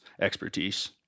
expertise